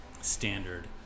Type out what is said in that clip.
Standard